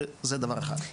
וזה דבר אחד.